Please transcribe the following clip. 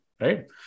right